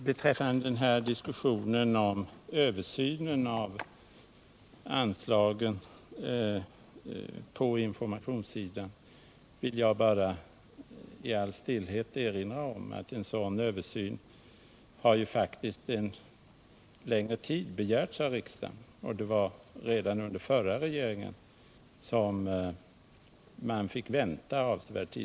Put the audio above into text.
Herr talman! Beträffande diskussionen om översynen av anslagen på informationssidan vill jag bara i all stillhet erinra om att en sådan översyn faktiskt en längre tid har begärts av riksdagen. Det var redan under den förra regeringen som man fick vänta avsevärd tid.